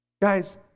Guys